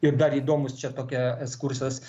ir dar įdomus čia tokia ekskursas